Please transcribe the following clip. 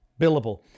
billable